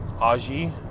Aji